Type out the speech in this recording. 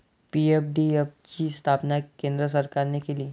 PFDF ची स्थापना केंद्र सरकारने केली